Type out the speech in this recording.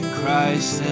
Christ